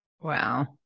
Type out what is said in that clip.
Wow